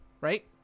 Right